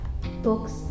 books